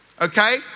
Okay